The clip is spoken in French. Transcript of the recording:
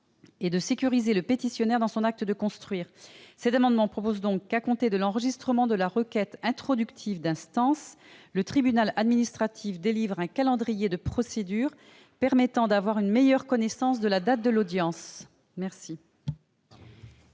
et de sécuriser le pétitionnaire dans son acte de construire. Nous proposons donc, au travers de cet amendement, qu'à compter de l'enregistrement de la requête introductive d'instance le tribunal administratif délivre un calendrier de procédure permettant d'avoir une meilleure connaissance de la date de l'audience. Quel